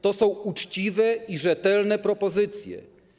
To są uczciwe i rzetelne propozycje.